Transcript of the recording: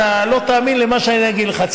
אתה לא תאמין למה שאני אגיד לך,